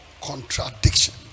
contradiction